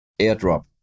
airdrop